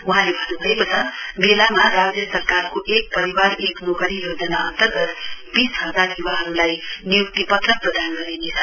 वहाँले भन्नुभएकोछ मेलामा राज्य सरकारको एक परिवार एक नौकरी योजना अन्तर्गत बीस हजार य्वाहरुलाई निय्क्ति पत्र प्रदान गरिनेछ